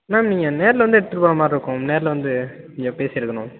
ma'am நீங்கள் நேரில் வந்து எடுத்துகிட்டு போகற மாதிரி இருக்கும் நேரில் வந்து இங்கே பேசி எடுக்கணும்